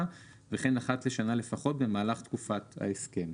וכן אחת לשנה לפחות במהלך תקופת ההסכם".